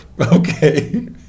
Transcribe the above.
okay